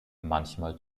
manchmal